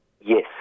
Yes